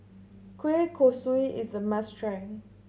kueh kosui is a must try